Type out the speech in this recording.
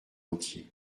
entier